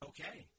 Okay